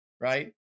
right